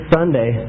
Sunday